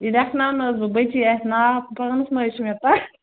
یہِ لٮ۪کھناونہٕ حظ بہٕ بٔچی اَتھِ ناو پانَس مہٕ حظ چھِ مےٚ پَہ